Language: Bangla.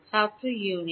ছাত্র ইউনিট